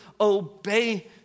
obey